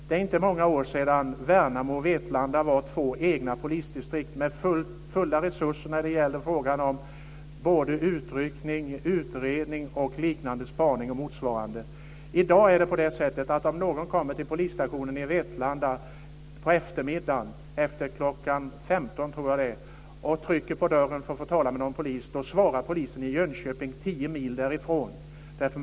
Det är inte många år sedan Värnamo och Vetlanda var två egna polisdistrikt med fulla resurser när det gällde utryckning, utredning, spaning och liknande. I dag är det så att om någon kommer till polisstationen i Vetlanda på eftermiddagen, efter kl. 15.00 tror jag att det är, och trycker på knappen för att få tala med en polis så svarar polisen i Jönköping tio mil därifrån!